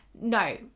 No